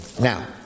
Now